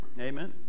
amen